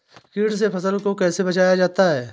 कीट से फसल को कैसे बचाया जाता हैं?